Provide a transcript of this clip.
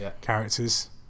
characters